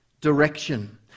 direction